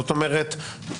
זאת אומרת,